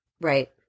Right